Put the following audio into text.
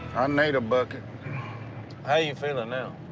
i need a bucket ah you feeling now?